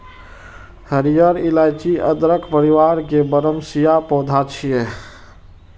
हरियर इलाइची अदरक परिवार के बरमसिया पौधा छियै